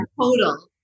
total